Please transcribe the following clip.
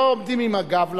לא עומדים עם הגב לדובר,